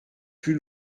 plus